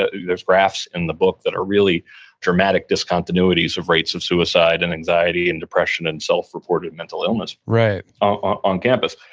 ah there's graphs in the book that are really dramatic discontinuities of rates of suicide and anxiety and depression and self-reported mental illness ah on campus.